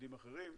בתפקידים אחרים,